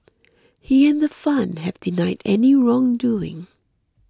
he and the fund have denied any wrongdoing